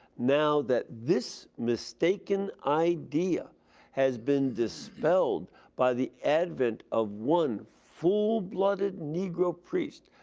now that this mistaken idea has been dispelled by the advent of one full-blooded negro priest,